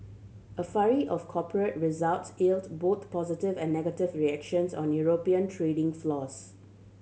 a flurry of corporate results yielded both positive and negative reactions on European trading floors